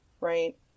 right